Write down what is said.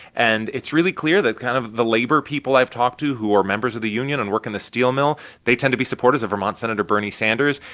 and it's really clear that kind of the labor people i've talked to who are members of the union and work in the steel mill, they tend to be supporters of vermont senator bernie sanders.